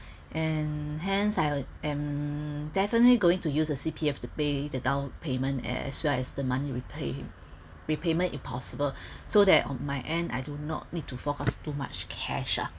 and hence I am definitely going to use a C_P_F to pay the down payment as well as the money repay~ repayment if possible so that on my end I do not need to fork out too much cash lah